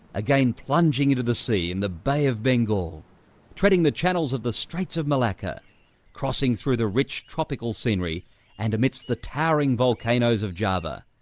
again plunging into the sea in the bay of bengal treading the channels of the straits of malacca crossing through the rich tropical scenery and amidst the towering volcanoes of java,